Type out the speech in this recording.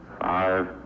five